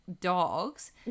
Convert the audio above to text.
dogs